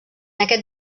aquest